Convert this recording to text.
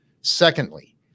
Secondly